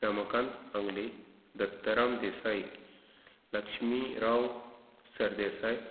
Ramkant Angle Dattaram Desai Lakshmi Rao Sardesai